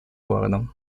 городом